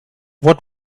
what